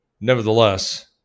Nevertheless